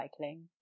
recycling